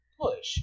push